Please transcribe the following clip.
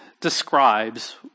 describes